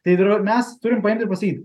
tai ir yra mes turim paimt ir pasakyt